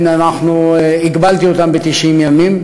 הגבלתי אותם ל-90 ימים,